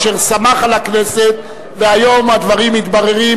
אשר סמך על הכנסת והיום הדברים מתבררים